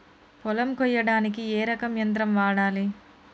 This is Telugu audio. పొలం కొయ్యడానికి ఏ రకం యంత్రం వాడాలి?